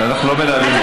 אנחנו לא מנהלים דיון.